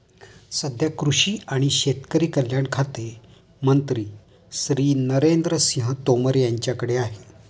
सध्या कृषी आणि शेतकरी कल्याण खाते मंत्री श्री नरेंद्र सिंह तोमर यांच्याकडे आहे